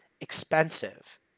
expensive